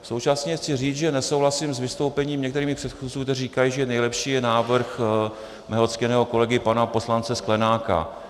Současně chci říct, že nesouhlasím s vystoupením některých mých předchůdců, kteří říkají, že nejlepší je návrh mého ctěného kolegy pana poslance Sklenáka.